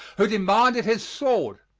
who demanded his sword.